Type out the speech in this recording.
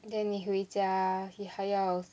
then 你回家还要